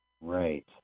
Right